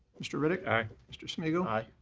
mr. riddick. aye. mr. smigiel. aye.